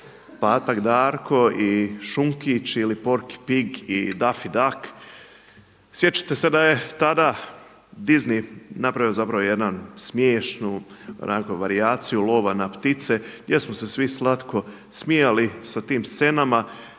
Patak Darko, i Šunkić ili Porky Pig i Daffy Duck. Sjećate se da je tada Disney napravio zapravo jedan, smiješnu onako varijaciju lova na ptice gdje smo se svi slatko smijali sa tim scenama.